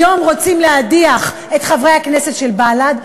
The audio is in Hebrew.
היום רוצים להדיח את חברי הכנסת של בל"ד,